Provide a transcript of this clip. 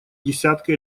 десятка